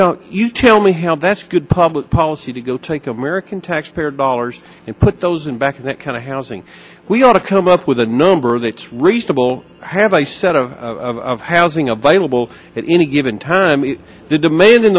now you tell me how that's good public policy to go take american taxpayer dollars and put those in back in that kind of housing we ought to come up with a number that's reasonable have a set of housing available at any given time in the demand in